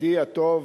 ידידי הטוב,